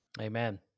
Amen